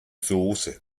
soße